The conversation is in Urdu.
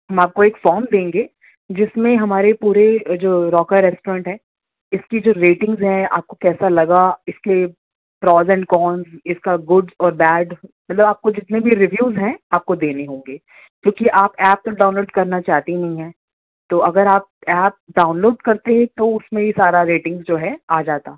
ہم آپ کو ایک فام دیں گے جس میں ہمارے پورے جو روکر ریسٹورینٹ ہے اس کی جو ریٹنگس ہیں آپ کو کیسا لگا اس کے پروز این کانس اس کا گڈ اور بیڈ مطلب آپ کو جتنے بھی ریویوز ہیں آپ کو دینے ہوں گے کیونکہ آپ ایپ تو ڈاؤنلوڈ کرنا چاہتی ہی ہیں تو اگر آپ ایپ ڈاؤنلوڈ کرتے ہیں تو اس میں یہ سارا ریٹنگس جو ہے آ جاتا